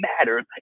matters